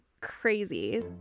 crazy